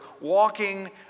walking